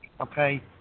okay